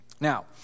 Now